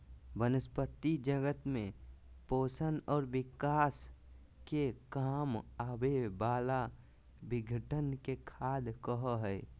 वनस्पती जगत में पोषण और विकास के काम आवे वाला विघटन के खाद कहो हइ